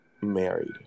married